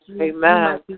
Amen